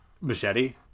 machete